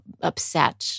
upset